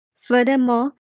Furthermore